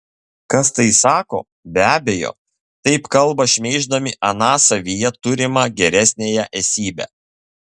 kas tai sako be abejo taip kalba šmeiždami aną savyje turimą geresniąją esybę